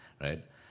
right